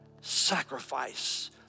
sacrifice